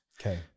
Okay